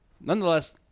nonetheless